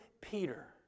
Peter